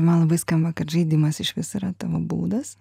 man labai skamba kad žaidimas išvis yra tavo būdas